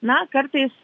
na kartais